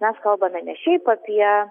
mes kalbame ne šiaip apie